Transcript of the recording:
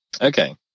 okay